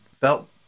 felt